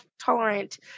tolerant